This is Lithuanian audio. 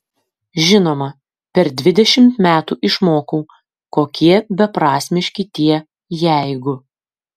žinoma per dvidešimt metų išmokau kokie beprasmiški tie jeigu